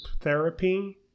therapy